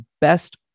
best